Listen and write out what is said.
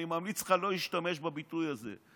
אני ממליץ לך לא להשתמש בביטוי הזה.